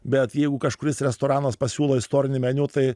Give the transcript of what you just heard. bet jeigu kažkuris restoranas pasiūlo istorinį meniu tai